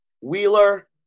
Wheeler